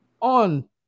on